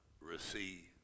Receive